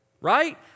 right